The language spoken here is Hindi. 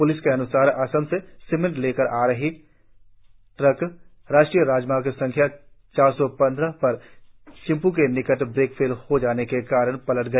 पुलिस के अनुसार असम से सीमेंट लेकर आ रहा ट्रक राष्ट्रीय राजमार्ग संख्या चार सौ पंद्रह पर चिंपू के निकट ब्रेक फेल हो जाने के कारण पलट गया